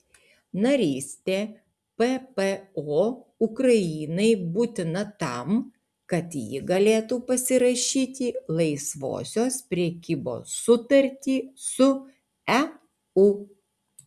narystė ppo ukrainai būtina tam kad ji galėtų pasirašyti laisvosios prekybos sutartį su eu